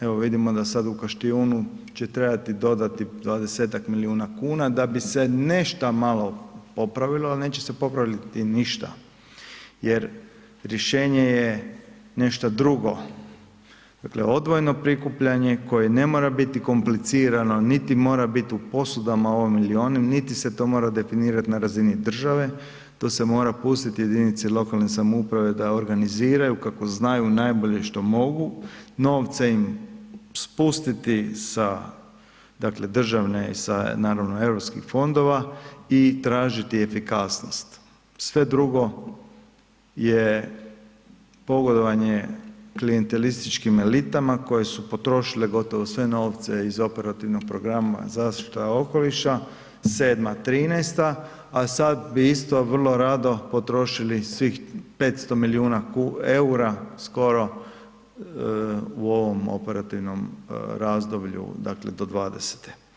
Evo vidimo da sad u Kaštijunu će trebati dodati 20-ak milijuna kuna da bi se nešto malo popravilo ali neće se popraviti ništa jer rješenje je nešto drugo, dakle odvojeno prikupljanje koje ne mora biti komplicirano niti mora biti u posudama ovim ili onim, niti se mora definirati na razini države, to se mora pustiti jedinici lokalne samouprave da organiziraju kako znaju najbolje i što mogu, novce im spustiti sa dakle državne i naravno i sa europskih fondova i tražiti efikasnost, sve drugo je pogodovanje klijentelističkim elitama koje su potrošile gotovo sve novce iz operativnog programa zaštite okoliša, 2007.-2013. a sad bi isto vrlo potrošili svih 500 milijuna eura skoro u ovom operativnom razdoblju, dakle do 2020.